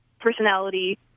personality